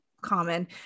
common